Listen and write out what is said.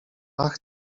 ach